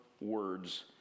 words